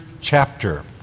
chapter